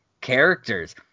characters